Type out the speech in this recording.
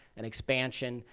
an expansion,